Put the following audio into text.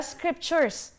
Scriptures